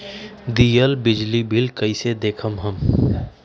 दियल बिजली बिल कइसे देखम हम?